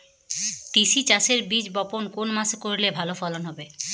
তিসি চাষের বীজ বপন কোন মাসে করলে ভালো ফলন হবে?